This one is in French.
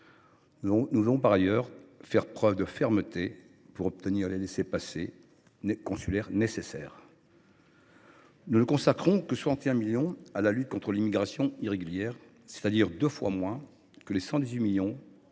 Nous voulons par ailleurs faire preuve de fermeté pour obtenir les laissez passer consulaires nécessaires. Nous ne consacrons que 61 millions d’euros à la lutte contre l’immigration irrégulière, c’est à dire deux fois moins que les 118 millions